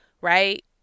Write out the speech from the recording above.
Right